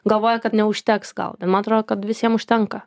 galvoja kad neužteks gal ir man atrodo kad visiem užtenka